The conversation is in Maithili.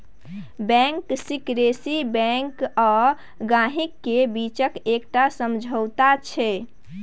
बैंक सिकरेसी बैंक आ गांहिकी केर बीचक एकटा समझौता छै